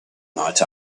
night